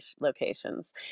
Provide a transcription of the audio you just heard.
locations